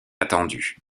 attendue